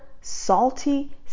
salty